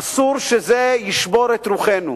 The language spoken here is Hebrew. אסור שזה ישבור את רוחנו.